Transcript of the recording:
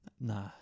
Nah